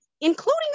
including